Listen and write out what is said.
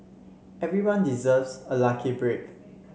everyone deserves a lucky break